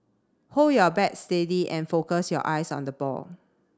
hold your bat steady and focus your eyes on the ball